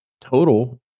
Total